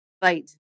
fight